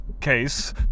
case